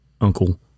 Uncle